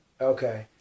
Okay